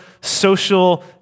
social